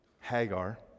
Hagar